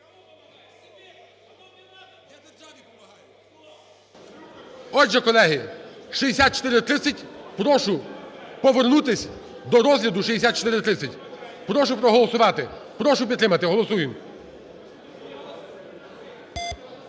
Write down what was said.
Отже, колеги, 6430, прошу повернутися до розгляду 6430. Прошу проголосувати, прошу підтримати. Голосуємо.